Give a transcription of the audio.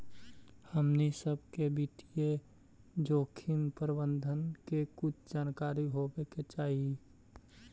हमनी सब के वित्तीय जोखिम प्रबंधन के कुछ जानकारी होवे के चाहि